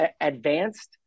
advanced